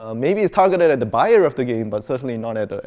um maybe it's targeted at the buyer of the game, but certainly not at